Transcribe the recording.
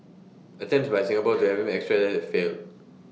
attempts by Singapore to have him extradited failed